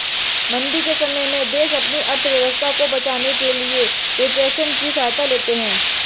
मंदी के समय में देश अपनी अर्थव्यवस्था को बचाने के लिए रिफ्लेशन की सहायता लेते हैं